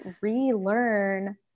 relearn